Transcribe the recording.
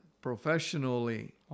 professionally